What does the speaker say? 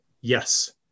Yes